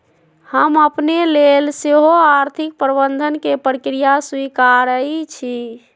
हम अपने लेल सेहो आर्थिक प्रबंधन के प्रक्रिया स्वीकारइ छी